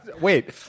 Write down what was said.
Wait